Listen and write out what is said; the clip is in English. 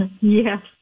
yes